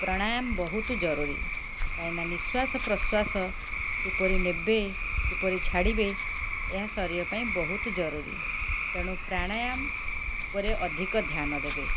ପ୍ରଣାୟମ ବହୁତ ଜରୁରୀ କାହିଁକିନା ନିଶ୍ୱାସ ପ୍ରଶ୍ୱାସ କିପରି ନେବେ କିପରି ଛାଡ଼ିବେ ଏହା ଶରୀରପାଇଁ ବହୁତ ଜରୁରୀ ତେଣୁ ପ୍ରାଣାୟାମ ଉପରେ ଅଧିକ ଧ୍ୟାନଦେବେ